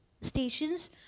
stations